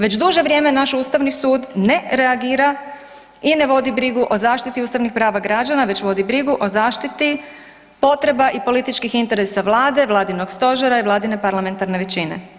Već duže vrijeme naš Ustavni sud ne reagira i ne vodi brigu o zaštiti ustavnih prava građana, već vodi brigu o zaštiti potreba i političkih interesa Vlade, vladinog stožera i vladine parlamentarne većine.